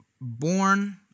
born